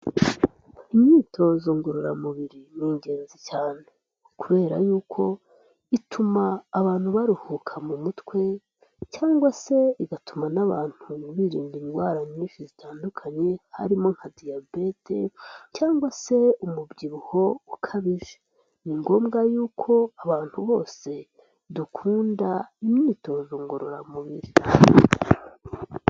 Imyitozo ngororamubiri ni ingenzi cyane kubera yuko ituma abantu baruhuka mu mutwe, cyangwa se igatuma n'abantu birinda indwara nyinshi zitandukanye harimo nka diyabete cyangwa se umubyibuho ukabije. Ni ngombwa yuko abantu bose dukunda imyitozo ngororamubiri.